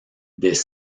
des